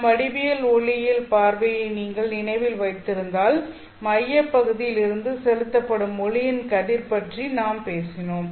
நம் வடிவியல் ஒளியியல் பார்வையை நீங்கள் நினைவில் வைத்திருந்தால் மையப் பகுதியில் இருந்து செலுத்தப்படும் ஒளியின் கதிர் பற்றி நாம் பேசினோம்